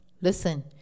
Listen